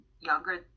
younger